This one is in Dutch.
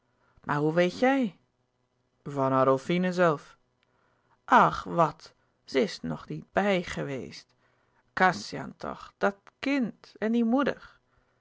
maar hoe weet jj van adolfine zelf louis couperus de boeken der kleine zielen ach wàt zij is toch niet bij gheweest kassian toch dat kind en die moeder